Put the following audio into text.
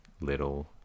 little